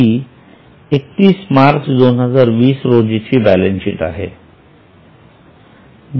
हि 31 मार्च 2020 रोजीची बॅलन्सशीट आहे